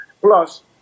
Plus